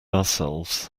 ourselves